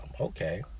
okay